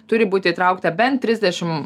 turi būti įtraukta bent trisdešim